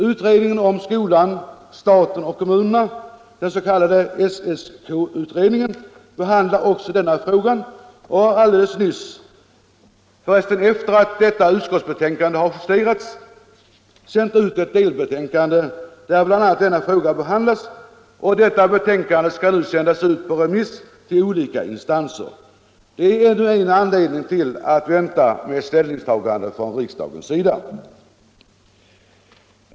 Utredningen om skolan, staten och kommunen, den s.k. SSK-utredningen, behandlar också denna fråga och har nyligen — f.ö. efter det att detta utskottsbetänkande justerats — gett ut ett delbetänkande, där bl.a. denna fråga behandlats. Detta betänkande skall nu sändas på remiss till olika instanser. Det är ännu en anledning till att vänta med ett ställningstagande från riksdagens sida.